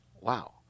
Wow